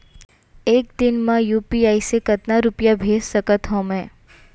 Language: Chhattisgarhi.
एक दिन म यू.पी.आई से कतना रुपिया भेज सकत हो मैं?